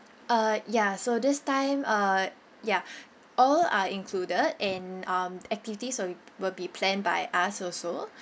uh ya so this time uh ya all are included and um activities will will be planned by us also